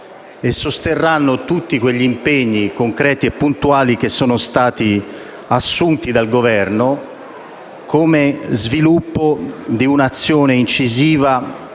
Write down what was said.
e sosterranno tutti gli impegni concreti e puntuali assunti dal Governo come sviluppo di un'azione incisiva